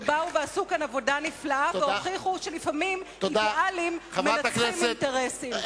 שבאו ועשו כאן עבודה נפלאה והוכיחו שלפעמים אידיאלים מנצחים אינטרסים.